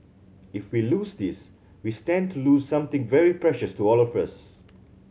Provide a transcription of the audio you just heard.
if we lose this we stand to lose something very precious to all of us